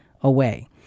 away